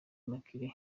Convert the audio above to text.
immaculee